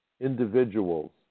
Individuals